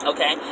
Okay